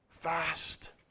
Fast